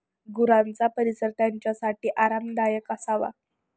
गुरांचा परिसर त्यांच्यासाठी आरामदायक असावा